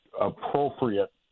appropriate